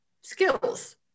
skills